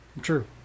True